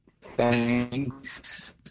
thanks